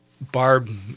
Barb